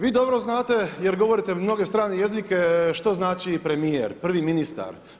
Vi dobro znate jer govorite mnoge strane jezike što znači premijer, prvi ministar.